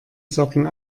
socken